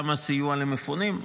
גם הסיוע למפונים,